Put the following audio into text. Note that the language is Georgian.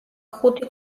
ხუთი